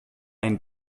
einen